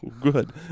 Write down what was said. Good